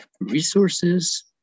resources